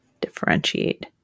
differentiate